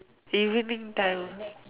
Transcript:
evening time